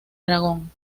dragón